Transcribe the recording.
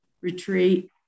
retreat